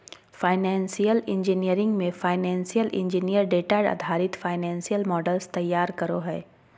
financial engineering मे financial engineer data आधारित financial models तैयार करो हय